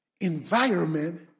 environment